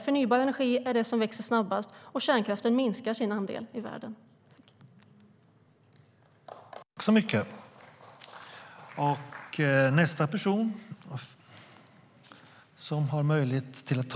Förnybar energi är det som växer snabbast, och kärnkraften minskar sin andel i världen.